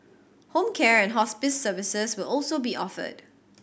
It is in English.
home care and hospice services will also be offered